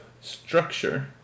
structure